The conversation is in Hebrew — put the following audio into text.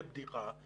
זאת בדיחה.